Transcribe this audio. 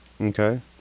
Okay